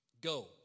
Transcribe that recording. go